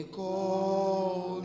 call